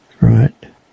Right